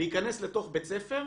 להיכנס לתוך בית ספר,